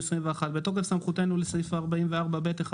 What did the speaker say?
התשפ"ב-2021 "בתוקף סמכותנו לפי סעיף 44(ב)(1),